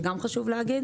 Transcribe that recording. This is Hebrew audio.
שגם אותו חשוב להגיד.